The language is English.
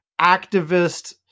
activist